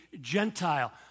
Gentile